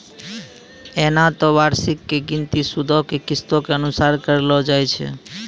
एना त वार्षिकी के गिनती सूदो के किस्तो के अनुसार करलो जाय छै